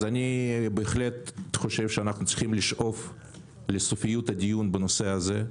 אני חושב שאנו צריכים לשאוף לסופיות הדיון בנושא הזה,